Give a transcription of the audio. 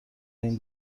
این